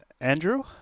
Andrew